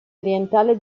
orientale